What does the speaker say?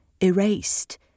erased